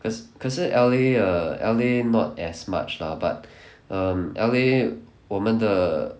可可是 L_A err L_A not as much lah but um L_A 我们的